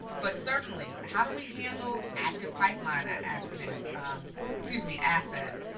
but certainly how do we handle active pipeline accidents excuse me, assets,